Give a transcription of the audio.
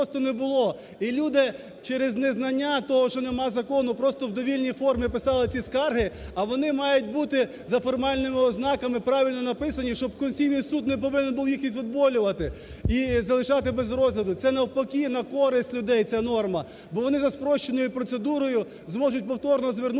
І люди через незнання того, що немає закону, просто в довільній формі писали ці скарги, а вони мають бути за формальними ознаками правильно написані, щоб Конституційний Суд не повинен був їх відфутболювати і залишати без розгляду. Це навпаки на користь людей ця норма, бо вони за спрощеною процедурою зможуть повторно звернутися,